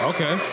Okay